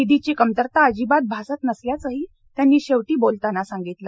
निधीची कमतरता अजिबात भासत नसल्याचं ही त्यांनी शेवटी बोलताना सांगितलं